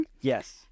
Yes